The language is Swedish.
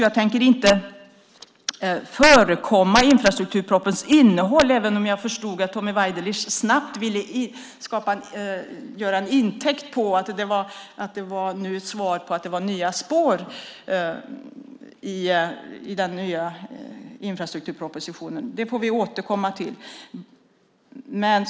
Jag tänker alltså inte förekomma infrastrukturpropositionens innehåll, även om jag förstod att Tommy Waidelich snabbt ville få det till intäkt att det nu fanns förslag till nya spår i den kommande infrastrukturpropositionen. Det får vi återkomma till.